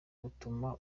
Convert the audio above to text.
butuma